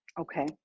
Okay